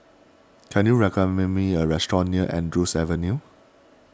can you recommend me a restaurant near Andrews Avenue